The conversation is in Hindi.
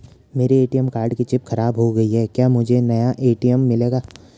मेरे ए.टी.एम कार्ड की चिप खराब हो गयी है क्या मुझे नया ए.टी.एम मिलेगा?